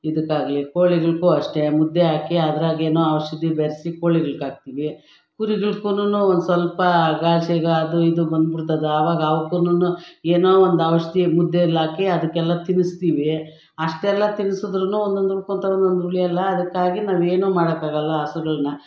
ಇದಕ್ಕಾಗಲಿ ಕೋಳಿಗಳ್ಗು ಅಷ್ಟೇ ಮುದ್ದೆ ಹಾಕಿ ಅದ್ರಗೇನು ಔಷಧಿ ಬೆರೆಸಿ ಕೋಳಿಗಳ್ಗಾಕ್ತಿವಿ ಕುರಿಗಳ್ಗುನು ಒಂದುಸ್ವಲ್ಪ ಅದು ಇದು ಬಂದು ಬಿಡ್ತದ ಆವಾಗ ಅವ್ಕುನು ಏನೋ ಒಂದು ಔಷಧಿ ಮುದ್ದೆಯಲ್ಲಾಕಿ ಅದ್ಕೆಲ್ಲ ತಿನ್ನಿಸ್ತೀವಿ ಅಷ್ಟೆಲ್ಲ ತಿನ್ಸುದ್ರು ಒನ್ನೊಂದು ಉಳ್ಕೊಂತವೆ ಒನ್ನೊಂದು ಉಳಿಯಲ್ಲ ಅದಕ್ಕಾಗಿ ನಾವೇನು ಮಾಡೋಕ್ಕಾಗಲ್ಲ ಹಸುಗಳ್ನ